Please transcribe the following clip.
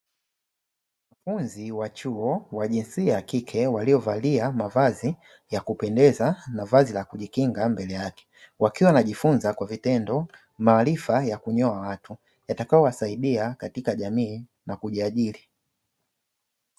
Wanafunzi wa chuo wa jinsia ya kike waliovalia mavazi ya kupendeza na vazi la kujikinga mbele yake, wakiwa wanajifunza kwa vitendo maarifa ya kunyoa watu yatakaowasaidia katika jamii na kujiajiri.